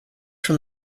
from